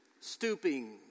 stooping